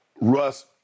Russ